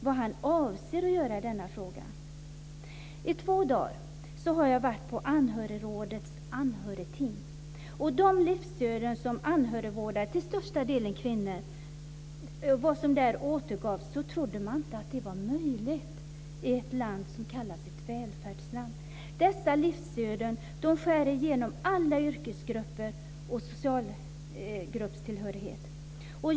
Jag har under två dagar deltagit på Anhörigrådets anhörigting. När man hörde de livsöden som anhörigvårdarna, till största delen kvinnor, redovisade trodde man inte att det var möjligt i ett land som kallar sig en välfärdsstat. Dessa livsöden skär igenom alla yrkesgrupper och socialgruppstillhörigheter.